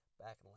back